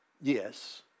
yes